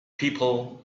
people